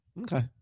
Okay